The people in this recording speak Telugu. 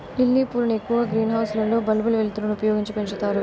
లిల్లీ పూలను ఎక్కువగా గ్రీన్ హౌస్ లలో బల్బుల వెలుతురును ఉపయోగించి పెంచుతారు